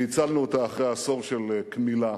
שהצלנו אותה אחרי עשור של קמילה,